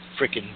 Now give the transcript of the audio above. freaking